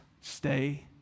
stay